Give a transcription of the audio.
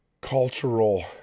cultural